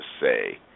say